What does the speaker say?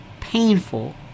painful